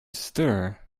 stir